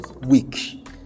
week